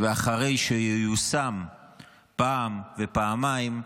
ואחרי שייושם פעם ופעמיים,